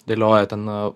dėlioja ten